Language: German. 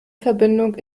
verbindung